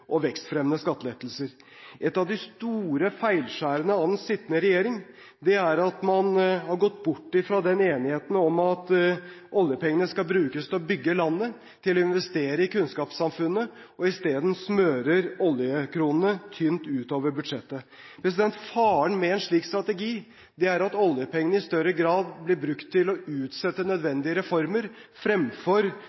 og vekstfremmende skattelettelser. Et av den sittende regjerings store feilskjær er at man har gått bort fra enigheten om at oljepengene skal brukes til å bygge landet, til å investere i kunnskapssamfunnet. I stedet smøres oljekronene tynt utover budsjettet. Faren med en slik strategi er at oljepenger i større grad blir brukt til å utsette